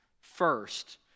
first